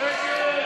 מי נגד?